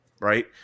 right